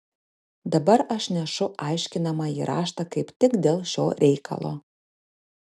dabar aš nešu aiškinamąjį raštą kaip tik dėl šio reikalo